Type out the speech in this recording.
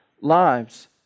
lives